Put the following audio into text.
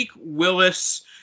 Willis